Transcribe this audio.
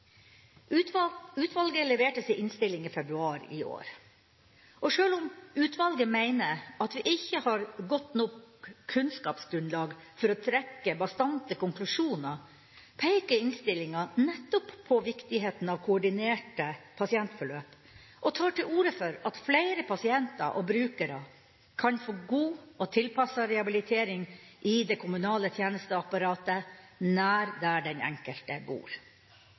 Utvalget leverte sin innstilling i februar i år. Og sjøl om utvalget mener at vi ikke har et godt nok kunnskapsgrunnlag til å trekke bastante konklusjoner, peker innstillingen nettopp på viktigheten av koordinerte pasientforløp og tar til orde for at flere pasienter og brukere kan få god og tilpasset rehabilitering i det kommunale tjenesteapparatet, nær der den enkelte bor.